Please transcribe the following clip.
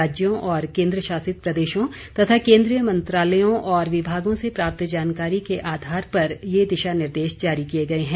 राज्यों और केन्द्र शासित प्रदेशों तथा केन्द्रीय मंत्रालयों और विभागों से प्राप्त जानकारी के आधार पर ये दिशा निर्देश जारी किए गए हैं